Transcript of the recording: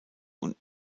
und